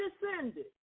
descended